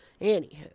Anywho